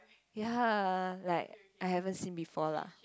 ya like I haven't seen before lah